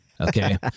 Okay